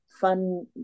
fun